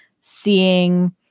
seeing